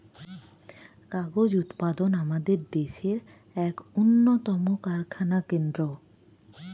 কাগজ উৎপাদন আমাদের দেশের এক উন্নতম কারখানা কেন্দ্র